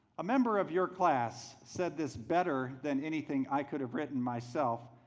a member of your class said this better than anything i could have written myself,